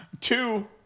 Two